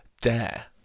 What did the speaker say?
dare